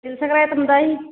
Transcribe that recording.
तिलसङ्क्रान्तिमे दही